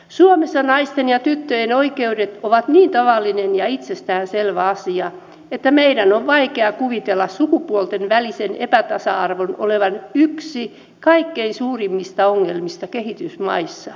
suomessa naisten ja tyttöjen oikeudet ovat niin tavallinen ja itsestään selvä asia että meidän on vaikea kuvitella sukupuolten välisen epätasa arvon olevan yksi kaikkein suurimmista ongelmista kehitysmaissa